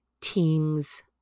teams